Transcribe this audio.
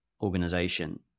organization